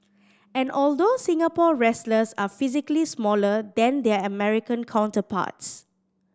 and although Singapore wrestlers are physically smaller than their American counterparts